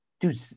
Dude